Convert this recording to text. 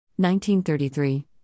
1933